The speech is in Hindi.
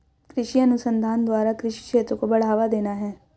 कृषि अनुसंधान द्वारा कृषि क्षेत्र को बढ़ावा देना है